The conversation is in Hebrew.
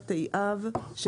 בתי אב שנזקקים.